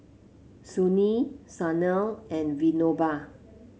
Sunil Sanal and Vinoba